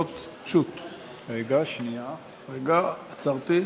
רגע, עצרתי.